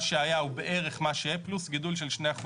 מה שהיה הוא בערך מה שיהיה פלוס גידול של 2%